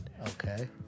okay